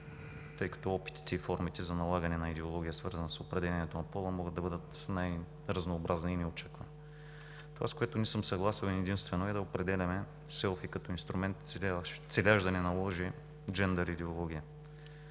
тъй като опитите и формите за налагане на идеология, свързана с определението на пола, могат да бъдат най-разнообразни и неочаквани. Това, с което не съм съгласен единствено, е да определяме SELFIE като инструмент, целящ да ни наложи джендър идеология.